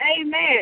amen